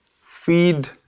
feed